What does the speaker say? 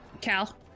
Cal